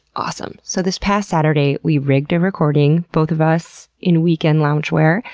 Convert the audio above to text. awesome! so this past saturday we rigged a recording, both of us in weekend loungewear,